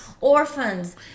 orphans